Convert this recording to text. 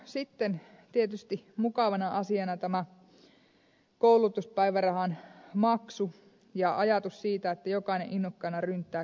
sitten tietysti mukavana asiana on koulutuspäivärahan maksu ja ajatus siitä että jokainen innokkaana ryntää koulutukseen